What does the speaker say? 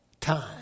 time